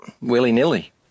willy-nilly